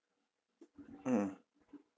mmhmm